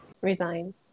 Resign